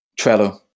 Trello